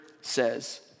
says